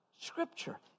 Scripture